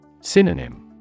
Synonym